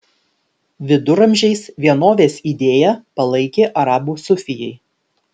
viduramžiais vienovės idėją palaikė arabų sufijai